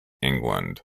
england